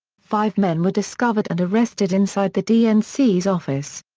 five men were discovered and arrested inside the dnc's office.